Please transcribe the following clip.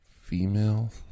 female